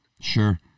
Sure